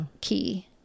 key